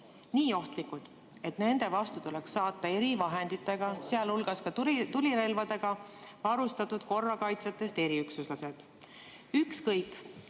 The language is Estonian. nii ohtlikud, et nende vastu tuleks saata erivahenditega, sealhulgas tulirelvadega varustatud korrakaitsjatest eriüksuslased. Ükskõik,